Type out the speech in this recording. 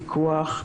פיקוח,